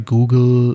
Google